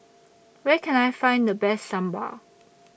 Where Can I Find The Best Sambar